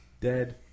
dead